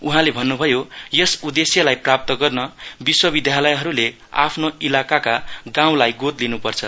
उहाँले भन्नुभयो यस उद्देश्यलाई प्राप्त गर्नु विश्वविद्यालयहरूले आफ्नो इलाकाका गाउँलाई गोद लिनुपर्छ